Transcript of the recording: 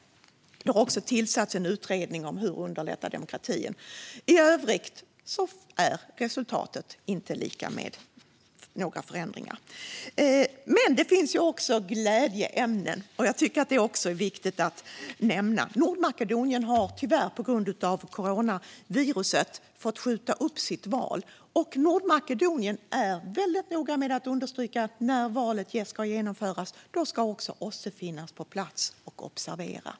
Det har också tillsatts en utredning om hur demokratin kan underlättas. I övrigt är resultatet att det inte skett några förändringar. Men det finns även glädjeämnen, och jag tycker att de också är viktiga att nämna. Nordmakedonien har tyvärr på grund av coronaviruset fått skjuta upp sitt val men är väldigt noga med att understryka att OSSE ska finnas på plats och observera när valet genomförs.